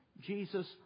Jesus